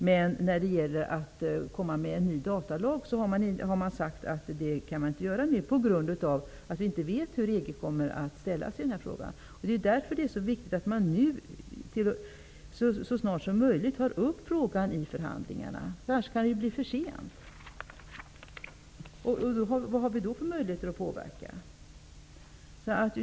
Men man har sagt att man inte kan komma med en ny datalag nu på grund av att vi inte vet hur EG kommer att ställa sig i den här frågan. Det är därför det är så viktigt att frågan så snart som möjligt tas upp i förhandlingarna. Annars kan det ju bli för sent. Vad har vi då för möjligheter att påverka?